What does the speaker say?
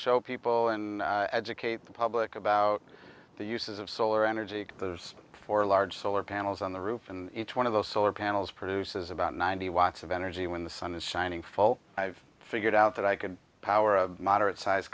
show people and educate the public about the uses of solar energy for large solar panels on the roof and each one of those solar panels produces about ninety watts of energy when the sun is shining full i've figured out that i can power a moderate sized